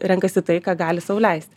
renkasi tai ką gali sau leisti